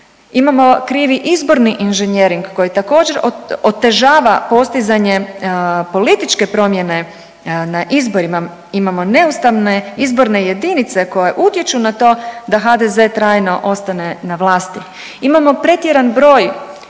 Imamo krivi izborni inženjering koji također otežava postizanje političke promjene na izborima, imamo neustavne izborne jedinice koje utječu na to da HDZ trajno ostane na vlasti, imamo pretjeran broj